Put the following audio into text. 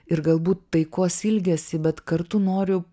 ir galbūt taikos ilgesį bet kartu noriu